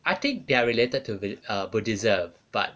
I think they are related to it err buddhism but